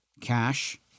Cash